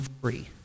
free